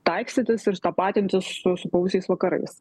taikstytis ir stapatintis su supuvusiais vakarais